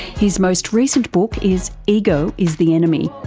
his most recent book is ego is the enemy.